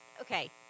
okay